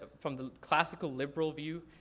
from the classical, liberal view,